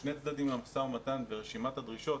שני צדדים למשא ומתן ורשימת הדרישות